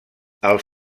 els